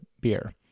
beer